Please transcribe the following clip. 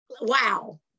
Wow